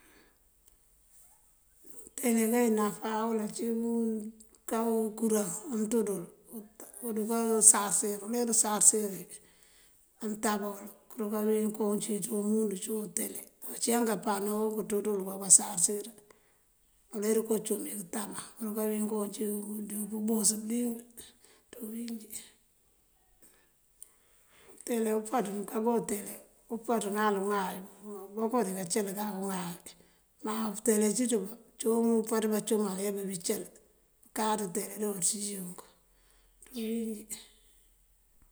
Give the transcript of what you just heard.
Utele kay nafawul ací mëënká kúraŋ, mëënţundël uduká sarësir. Uler uwí usarësir wí amëëntábawël, kuráka uwín kooncí ţí umundu ţíw utele. Uncíyank kápano këënţuţël woka usarësir. Uler uwí kúucumi këtában, këëruka wín koocí díŋ pëëbus bëliyëng ţí bëwínjí. Utele, umpáţú mëënkaba utele, umpáţú úuŋáy booko dinká cël kak úuŋáy. Maa utele cíiţ bá ţúun báampaţ bacumal baro bicël. Pëkáaţ utele jon pëţíji unk ţí bëwínjí.